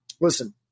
listen